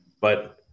but-